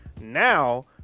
now